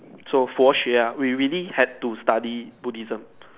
so 佛学 ah we really had to study Buddhism